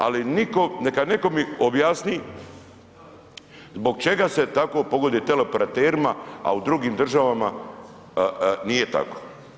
Ali nitko, neka neko mi objasni zbog čega se tako pogoduje teleoperaterima, a u drugim državama nije tako.